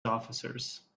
officers